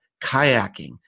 kayaking